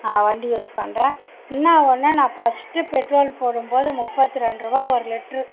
வண்டியை யூஸ் பண்ணுறேன் என்னா ஒன்று நான் ஃபர்ஸ்ட்டு பெட்ரோல் போடும்போது முப்பத்தி ரெண்டு ரூபா ஒரு லிட்ரு